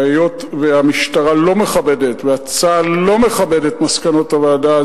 היות שהמשטרה לא מכבדת וצה"ל לא מכבד את מסקנות הוועדה,